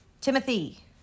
Timothy